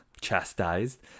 chastised